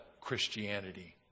Christianity